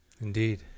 Indeed